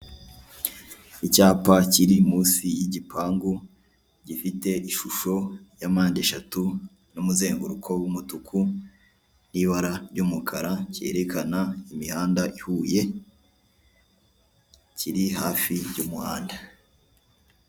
Icyapa kiriho amafoto atatu magufi y'abagabo babiri uwitwa KABUGA n 'uwitwa BIZIMANA bashakishwa kubera icyaha cya jenoside yakorewe abatutsi mu Rwanda.